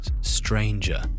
stranger